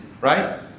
right